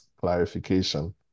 clarification